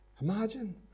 Imagine